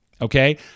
okay